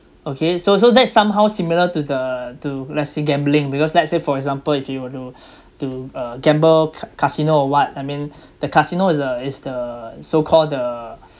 okay so so that's somehow similar to the to let's say gambling because let's say for example if you were to to uh gamble ca~ casino or what I mean the casino is a is the so called the